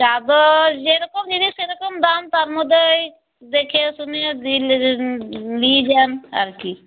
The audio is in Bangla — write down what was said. চাদর যেরকম জিনিস সেরকম দাম তার মধ্যে ওই দেখে শুনে নিয়ে যান আর কি